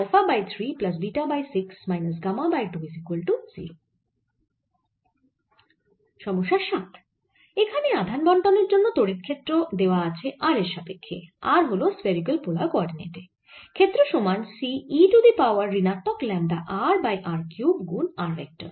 সমস্যা 7 এখানে আধান বন্টনের জন্য তড়িৎ ক্ষেত্র দেওয়া আছে r এর সাপেক্ষ্যে r হল স্ফেরিকাল পোলার কোঅরডিনেটে ক্ষেত্র সমান C e to the power ঋণাত্মক lambda r by r cube গুন r ভেক্টর